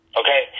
okay